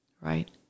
right